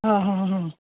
ಹಾಂ ಹಾಂ ಹಾಂ ಹಾಂ